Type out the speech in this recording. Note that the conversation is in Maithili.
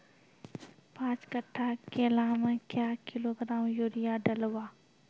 पाँच कट्ठा केला मे क्या किलोग्राम यूरिया डलवा?